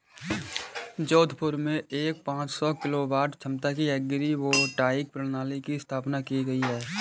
जोधपुर में एक सौ पांच किलोवाट क्षमता की एग्री वोल्टाइक प्रणाली की स्थापना की गयी